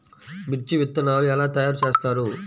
మిర్చి విత్తనాలు ఎలా తయారు చేస్తారు?